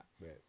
right